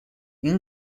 این